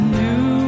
new